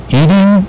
eating